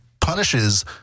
punishes